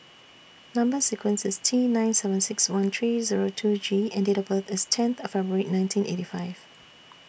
Number sequence IS T nine seven six one three Zero two G and Date of birth IS tenth February nineteen eighty five